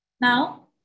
now